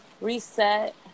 reset